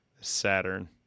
Saturn